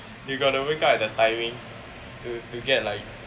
you gotta wake up at the timing to to get like